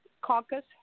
caucus